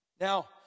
now